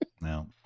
No